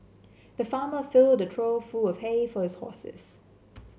the farmer filled trough full of hay for his horses